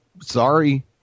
sorry